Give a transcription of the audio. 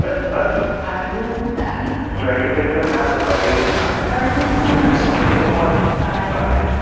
ah i will do that stranger things have happened by doing that all right, thank you so much ok, good luck bye bye